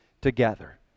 together